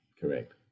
correct